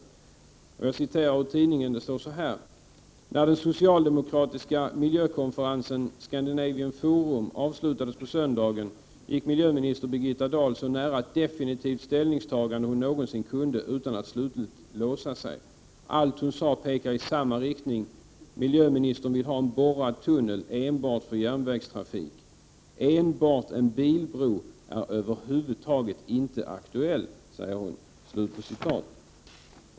Jag citerar ur tidningen: ”När den socialdemokratiska miljökonferensen Scandinavian Forum avslutades på söndagen gick miljöminister Birgitta Dahl så nära ett definitivt ställningstagande hon någonsin kunde — utan att slutligt låsa sig. Allt hon sade pekar i samma riktning: Miljöministern vill ha en borrad tunnel enbart för järnvägstrafik. ———— Enbart en bilbro är överhuvudtaget inte aktuellt”, sade hon.